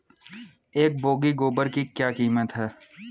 एक बोगी गोबर की क्या कीमत है?